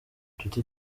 nshuti